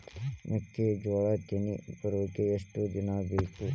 ಮೆಕ್ಕೆಜೋಳಾ ತೆನಿ ಬರಾಕ್ ಎಷ್ಟ ದಿನ ಬೇಕ್?